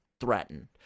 threatened